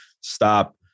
stop